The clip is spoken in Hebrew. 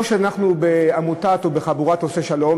זה לא שאנחנו בעמותת או בחבורת עושי שלום,